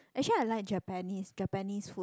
actually I like Japanese Japanese food